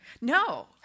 No